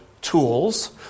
tools